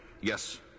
Yes